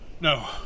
No